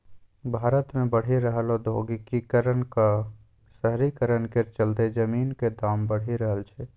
भारत मे बढ़ि रहल औद्योगीकरण आ शहरीकरण केर चलते जमीनक दाम बढ़ि रहल छै